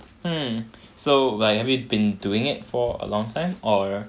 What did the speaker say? hmm so what have you been doing it for a long time or